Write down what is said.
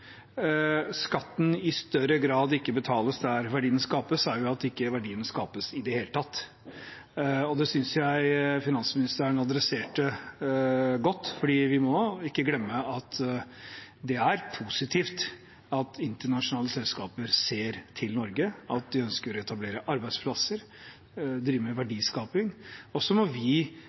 skatten i større grad ikke betales der verdiene skapes, er det at verdiene ikke skapes i det hele tatt. Det synes jeg finansministeren tok opp på en god måte. Vi må ikke glemme at det er positivt at internasjonale selskaper ser til Norge, at de ønsker å etablere arbeidsplasser og drive med verdiskaping. Og så må vi